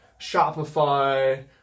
shopify